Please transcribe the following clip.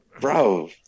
Bro